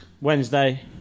Wednesday